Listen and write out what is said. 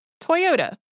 Toyota